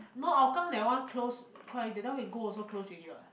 no hougang that one close quite that time we go also closed already what